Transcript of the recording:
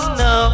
no